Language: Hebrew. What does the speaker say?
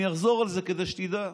ואני אחזור על זה כדי שתדע: